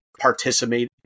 participate